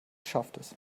schaftes